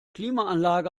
klimaanlage